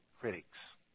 critics